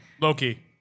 Loki